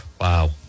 Wow